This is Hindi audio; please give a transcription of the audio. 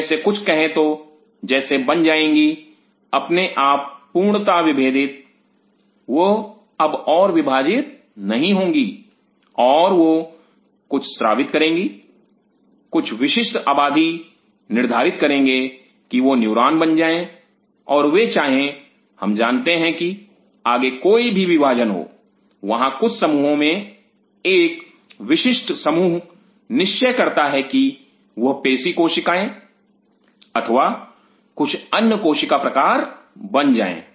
उनमें से कुछ कहे तो जैसे बन जाएंगी अपने आप पूर्णता विभेदित वह अब और विभाजित नहीं होंगी और वह कुछ स्रावित करेंगी कुछ विशिष्ट आबादी निर्धारित करेंगे कि वह न्यूरॉन बन जाएं और वे चाहें हम जानते हैं कि आगे कोई भी विभाजन हो वहां कुछ समूहों में एक विशिष्ट समूह निश्चय करता है कि वह पेशी कोशिकाएं अथवा कुछ अन्य कोशिका प्रकार बन जाएं